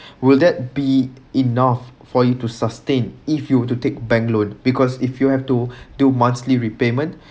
will that be enough for you to sustain if you will to take a bank loan because if you have to do monthly repayment